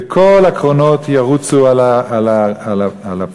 וכל הקרונות ירוצו על הפסים.